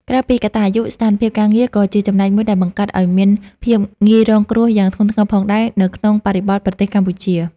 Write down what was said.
ក្រៅពីកត្តាអាយុ ស្ថានភាពការងារក៏ជាចំណែកមួយដែលបង្កើតឱ្យមានភាពងាយរងគ្រោះយ៉ាងធ្ងន់ធ្ងរផងដែរនៅក្នុងបរិបទប្រទេសកម្ពុជា។